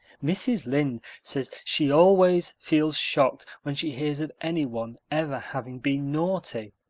mrs. lynde says she always feels shocked when she hears of anyone ever having been naughty,